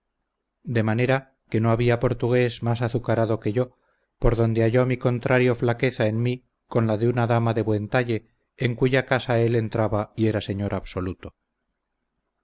de manera que no había portugués más azucarado que yo por donde halló mi contrario flaqueza en mi con la de una dama de buen talle en cuya casa él entraba y era señor absoluto